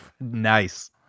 Nice